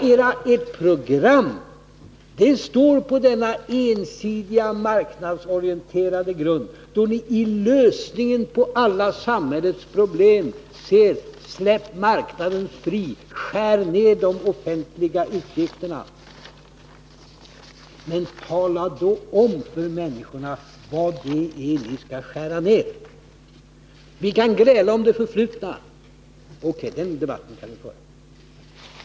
Men ert program står på denna ensidiga, marknadsorienterade grund, där ni som en lösning på alla samhällets problem för fram: Släpp marknaden fri, skär ned de offentliga utgifterna! Men tala då om för människorna vad det är ni skall skära ned på. Vi kan gräla om det förflutna — den debatten kan vi föra.